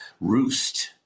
roost